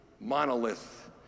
monolith